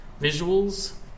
visuals